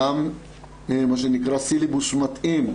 גם סילבוס מתאים,